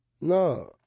No